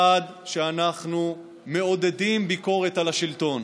1. שאנחנו מעודדים ביקורת על השלטון,